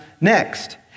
next